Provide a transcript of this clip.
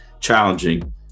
challenging